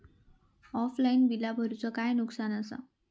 Offline बिला भरूचा काय नुकसान आसा?